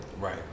right